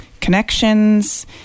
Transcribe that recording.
connections